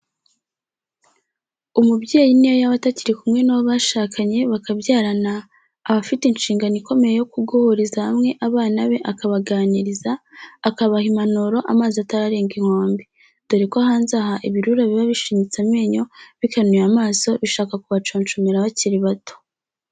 Umubyeyi n'iyo yaba atakiri kumwe n'uwo bashakanye, bakabyarana, aba afite inshingano ikomeye yo kuguhuriza hamwe abana be akabaganiriza, akabaha impanuro amazi atararenga inkombe, dore ko hanze aha ibirura biba bishinyitse amenyo, bikanuye amaso, bishaka kubaconcomera, bakiri bato.